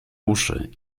uszy